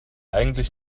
eigentlich